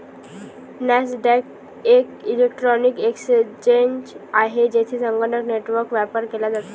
Nasdaq एक electronic exchange आहे, जेथे संगणक नेटवर्कवर व्यापार केला जातो